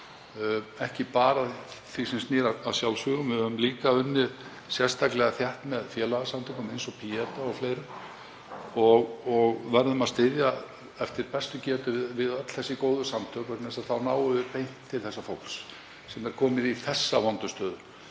ekki bara í því sem snýr að sjálfsvígum, við höfum líka unnið sérstaklega þétt með félagasamtökum eins og Pieta o.fl. Við verðum að styðja eftir bestu getu við öll þessi góðu samtök vegna þess að þá náum við beint til fólks sem er komið í svona vonda stöðu.